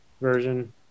version